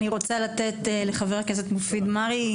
אני רוצה לתת לחבר הכנסת מופיד מרעי.